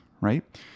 right